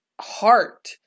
heart